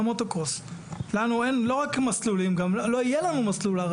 גם בווינגייט זה מאוד קשה ואני לא יודע איך רוצים לגייס יזמים לתחום.